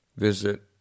visit